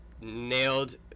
nailed